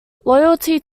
loyalty